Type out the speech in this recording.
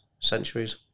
centuries